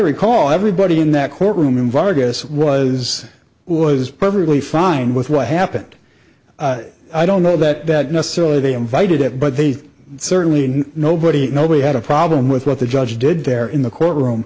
recall everybody in that courtroom virus was who was perfectly fine with what happened i don't know that that necessarily they invited it but they certainly nobody nobody had a problem with what the judge did there in the courtroom